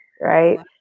right